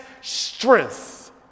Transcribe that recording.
strength